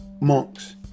monks